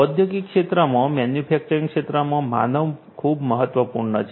ઔદ્યોગિક ક્ષેત્રમાં મેન્યુફેક્ચરિંગ ક્ષેત્રમાં માનવ ખૂબ મહત્વપૂર્ણ છે